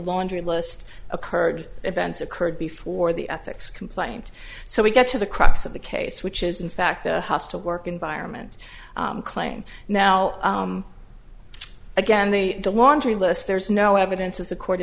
laundry list occurred events occurred before the ethics complaint so we get to the crux of the case which is in fact a hostile work environment claim now again the laundry list there's no evidence of the court